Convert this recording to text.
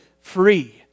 free